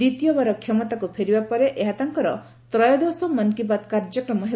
ଦ୍ୱିତୀୟବାର କ୍ଷମତାକୁ ଫେରିବା ପରେ ଏହା ତାଙ୍କର ତ୍ରୟୋଦଶ ମନ୍ କି ବାତ୍ କାର୍ଯ୍ୟକ୍ରମ ହେବ